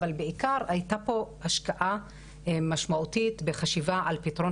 אבל בעיקר היתה פה השקעה משמעותית בחשיבה על פתרון